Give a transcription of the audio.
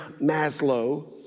Maslow